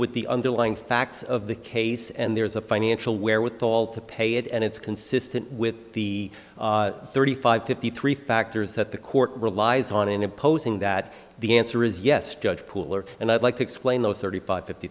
with the underlying facts of the case and there's a financial wherewithal to pay it and it's consistent with the thirty five fifty three factors that the court relies on in opposing that the answer is yes judge pooler and i'd like to explain those thirty five fifty